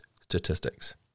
statistics